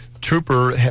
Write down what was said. Trooper